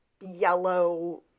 yellow